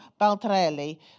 Baltarelli